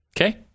Okay